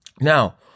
Now